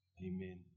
Amen